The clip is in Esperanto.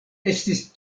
estis